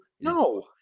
no